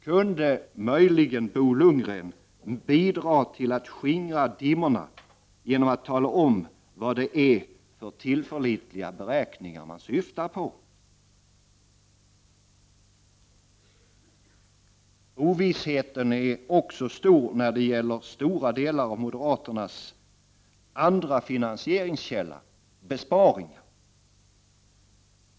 Kunde möjligen Bo Lundgren bidra till att skingra dimmorna genom att tala om vad det är för tillförlitliga beräkningar man syftar på? Ovissheten är också stor när det gäller stora delar av moderaternas andra finansieringskälla, besparingar.